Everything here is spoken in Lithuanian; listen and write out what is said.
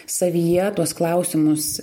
savyje tuos klausimus